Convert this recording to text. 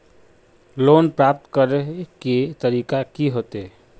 Loan प्राप्त करे के तरीका की होते?